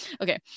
Okay